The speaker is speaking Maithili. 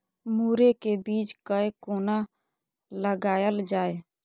मुरे के बीज कै कोना लगायल जाय?